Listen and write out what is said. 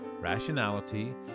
rationality